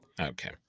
Okay